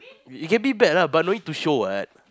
you can be bad lah but don't need to show what